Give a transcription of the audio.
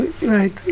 right